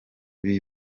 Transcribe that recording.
b’i